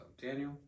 Daniel